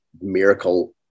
miracle